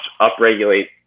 upregulate